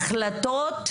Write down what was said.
החלטות.